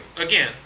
again